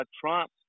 Trump